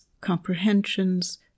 comprehensions